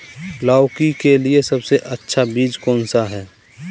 लौकी के लिए सबसे अच्छा बीज कौन सा है?